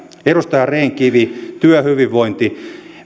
edustaja rehn kivi työhyvinvointi